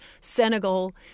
Senegal